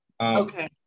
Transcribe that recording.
Okay